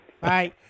Bye